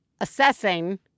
assessing